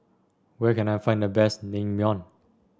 where can I find the best Naengmyeon